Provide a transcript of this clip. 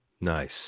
Nice